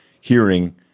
hearing